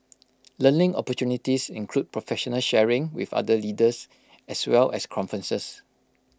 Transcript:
learning opportunities include professional sharing with other leaders as well as conferences